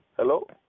Hello